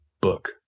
book